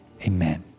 amen